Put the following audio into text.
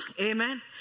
Amen